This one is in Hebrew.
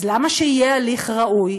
אז למה שיהיה הליך ראוי?